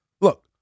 Look